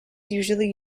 usually